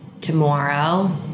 tomorrow